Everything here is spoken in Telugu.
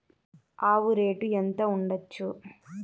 ఆవు రేటు ఎంత ఉండచ్చు?